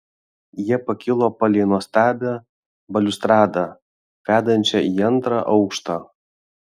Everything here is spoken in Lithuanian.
jie pakilo palei nuostabią baliustradą vedančią į antrą aukštą